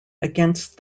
against